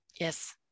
Yes